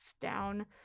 down